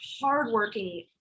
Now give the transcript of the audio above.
hardworking